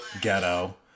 Ghetto